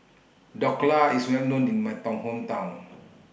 Dhokla IS Well known in My Town Hometown